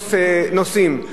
לקנוס נוסעים.